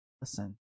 listen